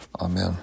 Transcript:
Amen